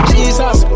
Jesus